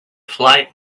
flight